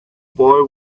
boy